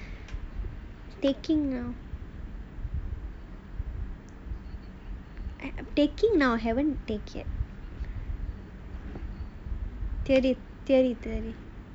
taking now I taking now haven't take yet theory theory theory